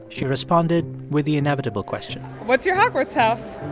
she responded with the inevitable question what's your hogwarts house?